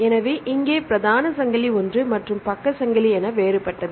எனவே இங்கே பிரதான சங்கிலி ஒன்று மற்றும் பக்க சங்கிலி என வேறுபட்டது